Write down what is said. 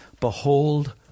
Behold